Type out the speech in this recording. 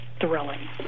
thrilling